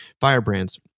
Firebrands